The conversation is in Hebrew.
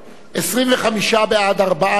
25 בעד, ארבעה נגד, אחד נמנע.